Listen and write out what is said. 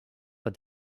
but